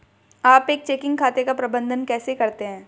आप एक चेकिंग खाते का प्रबंधन कैसे करते हैं?